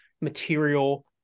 material